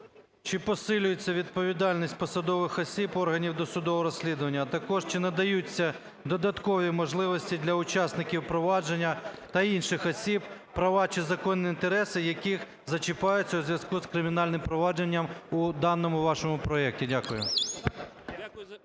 чи посилюється відповідальність посадових осіб органів досудового розслідування? А також чи надаються додаткові можливості для учасників провадження та інших осіб, права чи законні інтереси яких зачіпаються у зв'язку з кримінальним провадженням у даному вашого проекті? Дякую.